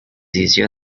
easier